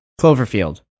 Cloverfield